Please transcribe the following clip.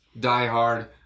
diehard